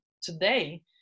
today